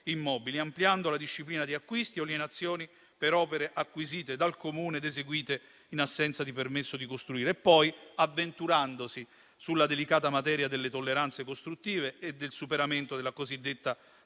immobili, ampliando la disciplina di acquisti o alienazioni per opere acquisite dal Comune ed eseguite in assenza di permesso di costruire e poi avventurandosi nella delicata materia delle tolleranze costruttive e del superamento della cosiddetta